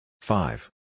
Five